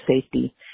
safety